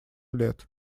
лет